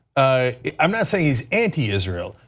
i am not saying he is anti-israel,